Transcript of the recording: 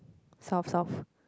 south south